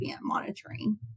monitoring